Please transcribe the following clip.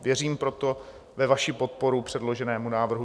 Věřím proto ve vaši podporu předloženému návrhu.